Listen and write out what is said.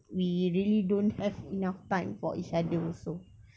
we really don't have enough time for each other also